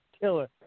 killer